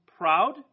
Proud